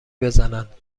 بزنند